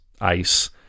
ice